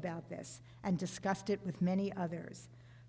about this and discussed it with many others